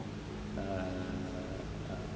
uh